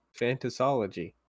fantasology